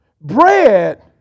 bread